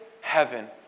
heaven